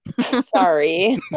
Sorry